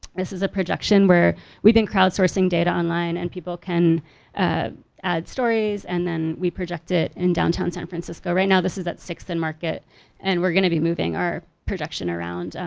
this is a projection where we've been crowdsourcing data online and people can add stories and then we project it in downtown san francisco. right now this is at sixth and market and we're going to be moving our projection around.